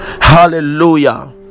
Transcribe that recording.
Hallelujah